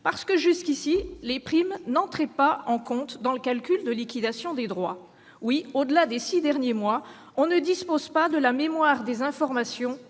présent en effet, ces primes n'entraient pas en compte dans le calcul de liquidation des droits. Au-delà des six derniers mois, on ne dispose donc pas de la mémoire des informations